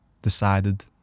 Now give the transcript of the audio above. Decided